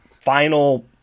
final